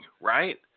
right